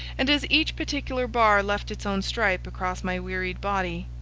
and as each particular bar left its own stripe across my wearied body,